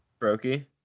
Brokey